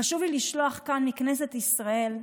חשוב לי לשלוח כאן, מכנסת ישראל,